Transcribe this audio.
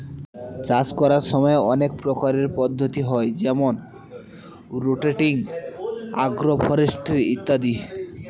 চাষ করার সময় অনেক প্রকারের পদ্ধতি হয় যেমন রোটেটিং, আগ্র ফরেস্ট্রি ইত্যাদি